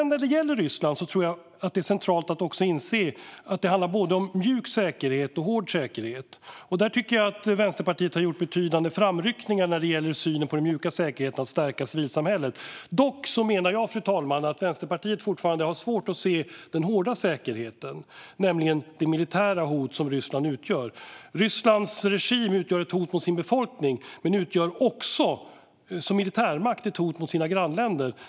När det gäller Ryssland tror jag att det är centralt att inse att det handlar om både mjuk och hård säkerhet. Där tycker jag att Vänsterpartiet har gjort betydande framryckningar när det gäller synen på den mjuka säkerheten att stärka civilsamhället. Dock menar jag, fru talman, att Vänsterpartiet fortfarande har svårt att se den hårda säkerheten och det militära hot som Ryssland utgör. Rysslands regim utgör ett hot mot sin befolkning, men den utgör som militärmakt också ett hot mot sina grannländer.